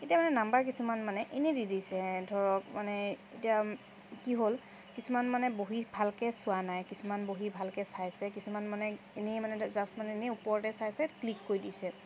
এতিয়া মানে নাম্বাৰ কিছুমান মানে এনেই দি দিছে ধৰক মানে এতিয়া কি হ'ল কিছুমান মানে বহী ভালকৈ চোৱা নাই কিছুমান বহী ভালকৈ চাইছে কিছুমান মানে এনেই মানে জাষ্ট মানেই এনেই ওপৰতে চাইছে ক্লিক কৰি দিছে